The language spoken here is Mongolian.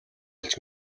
олж